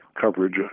coverage